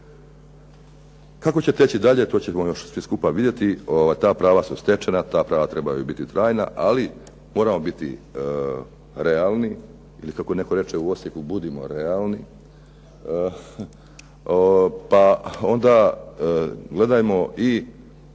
Kako će teći dalje, to ćemo još svi skupa vidjeti. Ta prava su stečena, ta prava trebaju biti trajna, ali moramo biti realni ili kako netko reče u Osijeku, budimo realni pa onda gledajmo i